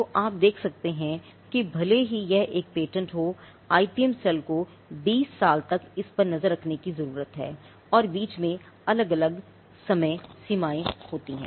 तो आप देख सकते हैं कि भले ही यह एक पेटेंट हो आईपीएम सेल को 20 साल तक इस पर नजर रखने की जरूरत है और बीच में अलग अलग समय समय सीमाएं होती हैं